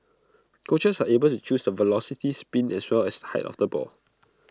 coaches are able to choose the velocity spin as well as the height of the ball